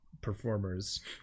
performers